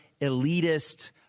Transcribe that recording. elitist